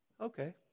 okay